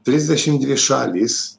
trisdešim dvi šalys